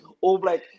all-black